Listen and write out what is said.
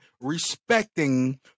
Respecting